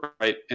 right